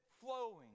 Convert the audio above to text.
flowing